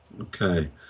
Okay